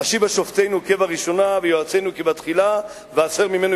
"השיבה שופטינו כבראשונה ויועצינו כבתחילה והסר ממנו